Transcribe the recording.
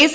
S